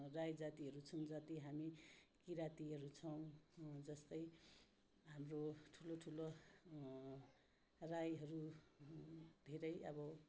राई जाति छौँ जति हामी किरातीहरू छौँ जस्तै हाम्रो ठुलो ठुलो राईहरू धेरै अब